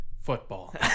Football